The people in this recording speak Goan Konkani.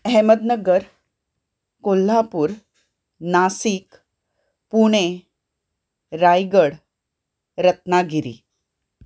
अहमदनगर कोल्हापूर नाशीक पुणे रायगड रत्नागिरी